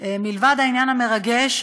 מלבד העניין המרגש,